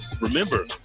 Remember